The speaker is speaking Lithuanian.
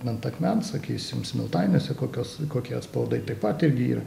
ant akmens sakysim smiltainiuose kokios kokie atspaudai taip pat irgi yra